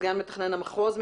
סגן מתכנן המחוז,